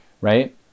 right